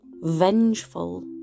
vengeful